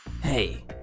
Hey